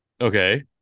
Okay